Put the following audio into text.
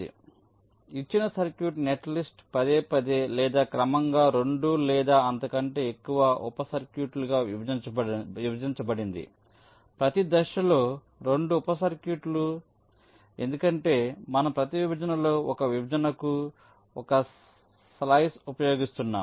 కాబట్టి ఇచ్చిన circuit netlist పదేపదే లేదా క్రమంగా రెండు లేదా అంతకంటే ఎక్కువ ఉప సర్క్యూట్లుగా విభజించబడిందిప్రతి దశలో రెండు ఉప సర్క్యూట్లు ఎందుకంటే మనం ప్రతి విభజనలో ఒక విభజనకు ఒక స్లైస్ ఉపయోగిస్తున్నాము